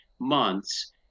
months